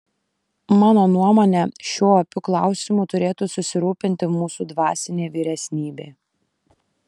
mano nuomone šiuo opiu klausimu turėtų susirūpinti mūsų dvasinė vyresnybė